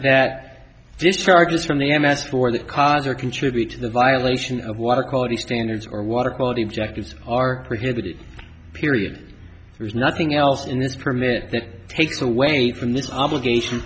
that discharges from the m s for the cause or contribute to the violation of water quality standards or water quality objectives are prohibited period there is nothing else in this permit that takes away from this obligation